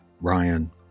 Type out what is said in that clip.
Ryan